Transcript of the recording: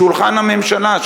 משולחן הממשלה,